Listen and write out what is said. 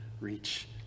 reach